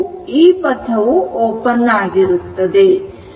ಈ ಪಥವು ಓಪನ್ ಆಗಿರುತ್ತದೆ